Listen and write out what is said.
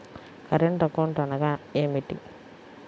Current account అనగా ఏమిటి?